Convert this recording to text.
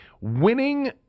winning